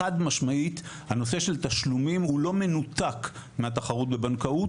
חד משמעית הנושא של תשלומים הוא לא מנותק מהתחרות בבנקאות,